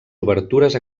obertures